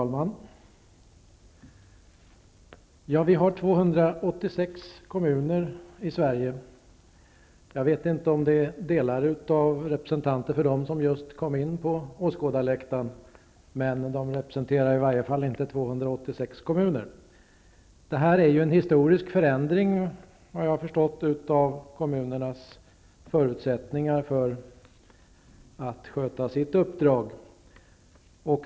Herr talman! Vi har 286 kommuner i Sverige. Jag vet inte om det delvis är representanter för dessa som just nu kom in på åhörarläktaren, men de åhörarna representerar i varje fall inte 286 Detta är såvitt jag har förstått en historisk förändring av kommunernas förutsättningar för att sköta sitt uppdrag.